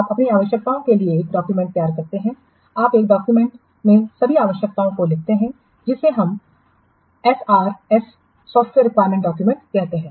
आप अपनी आवश्यकताओं के लिए एक डॉक्यूमेंट तैयार करते हैं आप एक डॉक्यूमेंट में सभी आवश्यकताओं को लिखते हैं जिसे हम एसआरएस सॉफ़्टवेयर रिक्वायरमेंट डॉक्युमेंट कहते हैं